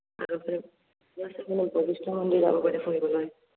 বশিষ্ট মন্দিৰ যাব পাৰে ফুৰিবলৈ